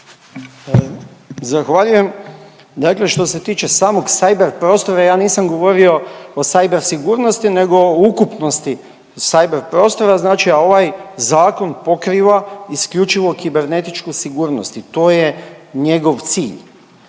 Zahvaljujem. Dakle, što se tiče samo cyber prostora ja nisam govorio o cyber sigurnosti nego o ukupnosti cyber prostora znači a ovaj zakon pokriva isključivo kibernetičku sigurnost i to je njegov cilj,